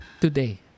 today